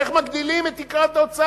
איך מגדילים את תקרת ההוצאה?